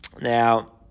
Now